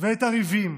ואת הריבים,